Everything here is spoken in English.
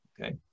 okay